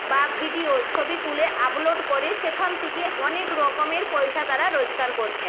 বা ভিডিও ছবি তুলে আপলোড করে সেখান থেকে অনেক রকমের পয়সা তারা রোজগার করছে